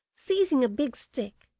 seizing a big stick,